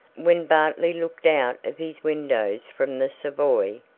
when bartley looked out of his windows from the savoy,